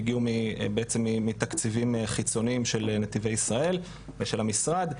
הם הגיעו בעצם מתקציבים חיצוניים של נתיבי ישראל ושל המשרד.